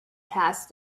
passed